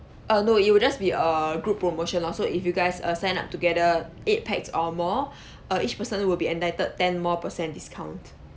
err no it will just be a group promotion lor so if you guys err sign up together eight pax or more err each person will be entitled ten more percent discount